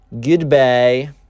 Goodbye